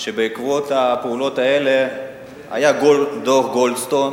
בעקבות הפעולות האלה היה דוח-גולדסטון